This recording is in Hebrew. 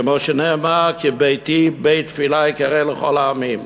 כמו שנאמר: "כי ביתי בית תפילה יקרא לכל העמים".